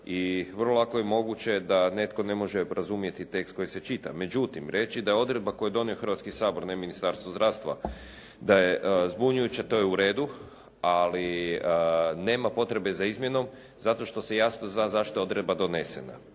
i vrlo lako je moguće da netko ne može razumjeti tekst koji se čita. Međutim, reći da je odredba koju je donio Hrvatski sabor, ne Ministarstvo zdravstva, da je zbunjujuća, to je u redu ali nema potrebe za izmjenom zato što se jasno zna zašto je odredba donesena.